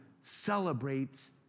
celebrates